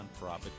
nonprofit